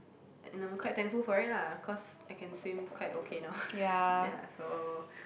and I'm quite thankful for it lah cause I can swim quite okay now ya so